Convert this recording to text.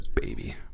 baby